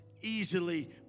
easily